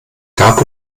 gab